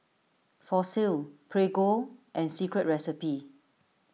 Fossil Prego and Secret Recipe